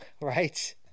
Right